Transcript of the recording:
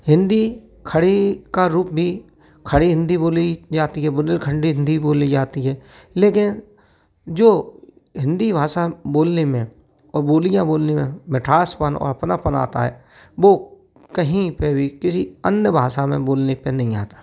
हिंदी खड़ी का रूप भी खड़ी हिंदी बोली जाती है बुंदेलखंडी हिंदी भी बोली जाती है लेकिन जो हिंदी भाषा बोलने में और बोलियाँ बोलने में मिठासपन और अपनापन आता है वो कहीं पर भी किसी अन्य भाषा में बोलने पर नहीं आता